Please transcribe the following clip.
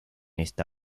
esta